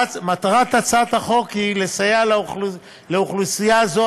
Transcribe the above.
מטרת הצעת החוק היא לסייע לאוכלוסייה זו,